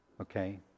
okay